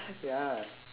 ya